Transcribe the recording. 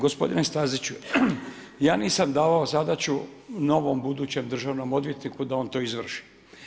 Gospodine Staziću, ja nisam davao zadaću novom budućem državnom odvjetniku da on to izvrši.